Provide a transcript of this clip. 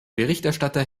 berichterstatter